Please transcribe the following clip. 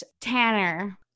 Tanner